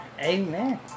Amen